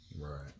Right